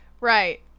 Right